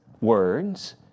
words